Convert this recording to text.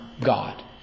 God